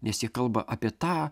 nes jie kalba apie tą